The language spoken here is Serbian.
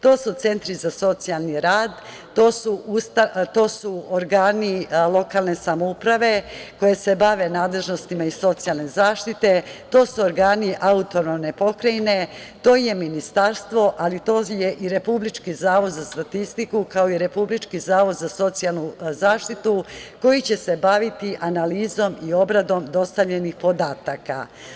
To su centri za socijalni rad, to su organi lokalne samouprave koje se bave nadležnosti zaštite, to su organi autonomne pokrajine, to je ministarstvo, ali to je i Republički zavod za statistiku, kao i Republički zavod za socijalnu zaštitu koji će se baviti analizom i obradom dostavljenih podataka.